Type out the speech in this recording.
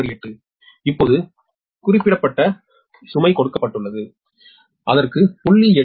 08 இப்போது குறிப்பிட்ட சுமை கொடுக்கப்பட்டுள்ளது அதற்கு 0